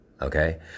Okay